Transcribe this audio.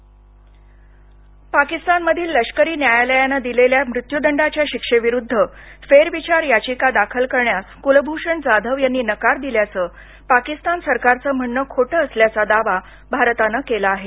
कलभषण जाधव याचिका पाकिस्तानमधील लष्करी न्यायालयानं दिलेल्या मृत्यूदंडाच्या शिक्षेविरुद्ध फेरविचार याचिका दाखल करण्यास कुलभूषण जाधव यांनी नकार दिल्याचं पाकिस्तान सरकारचं म्हणणं खोटं असल्याचा दावा भारतानं केला आहे